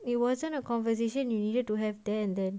it wasn't a conversation you needed to have there and then